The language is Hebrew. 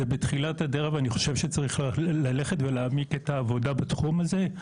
זה בתחילת הדרך ואני חושב שצריך ללכת ולהעמיק את העבודה בתחום הזה,